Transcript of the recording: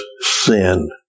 sin